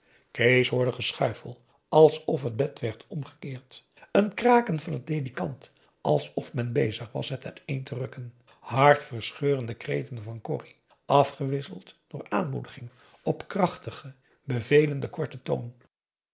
kees hoorde geschuifel alsof het bed werd omgekeerd een kraken van het ledikant alsof men bezig was het uiteen te rukken hartverscheurende kreten van corrie afgewisseld door aanmoedigingen op krachtigen bevelenden korten toon